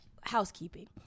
housekeeping